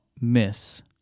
miss